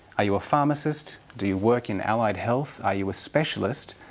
are you a pharmacist? do you work in allied health? are you a specialist?